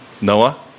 Noah